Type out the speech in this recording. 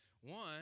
one